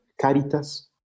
Caritas